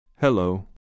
Hello